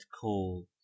call